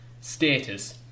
status